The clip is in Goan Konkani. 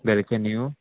सारकें न्यू